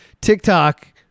TikTok